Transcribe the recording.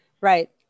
right